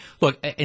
look